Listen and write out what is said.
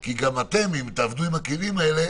כי גם אתם, אם תעבדו עם הכלים האלה,